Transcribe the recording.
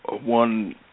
one